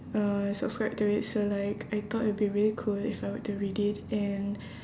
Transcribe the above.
uh subscribe to it so like I thought it would be really cool if I were to read it and